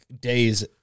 days